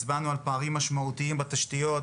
הצבענו על פערים משמעותיים בתשתיות,